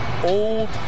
old